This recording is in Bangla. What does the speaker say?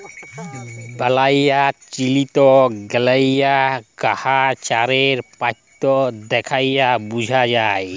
বালাই চিলতে গ্যালে গাহাচের পাতা দ্যাইখে বুঝা যায়